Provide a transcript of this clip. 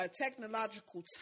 technological